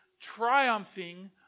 triumphing